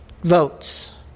votes